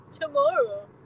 tomorrow